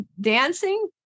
dancing